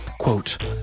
Quote